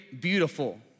beautiful